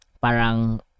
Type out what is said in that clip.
parang